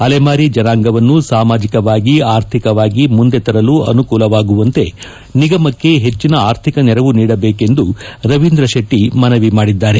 ಅಲೆಮಾರಿ ಜನಾಂಗವನ್ನು ಸಾಮಾಜಿಕವಾಗಿ ಆರ್ಥಿಕವಾಗಿ ಮುಂದೆ ತರಲು ಅನುಕೂಲವಾಗುವಂತೆ ನಿಗಮಕ್ಕೆ ಹೆಚ್ಚಿನ ಅರ್ಥಿಕ ನೆರವು ನೀಡಬೇಕೆಂದು ರವೀಂದ್ರ ಶೆಟ್ಟಿ ಮನವಿ ಮಾಡಿದ್ದಾರೆ